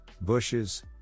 bushes